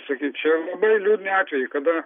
sakyčiau labai liūdni atvejai kada